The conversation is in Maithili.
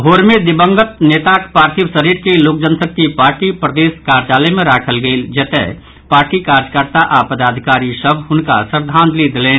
भोर मे दिवंगत नेताक पार्थिव शरीर के लोक जनशक्ति पार्टी प्रदेश कार्यालय मे राखल गेल जतय पार्टी कार्यकर्ता आओर पदाधिकारी सभ हुनक श्रद्दांजलि देलनि